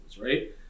Right